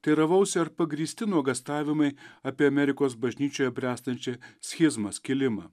teiravausi ar pagrįsti nuogąstavimai apie amerikos bažnyčioje bręstančią schizmą kilimą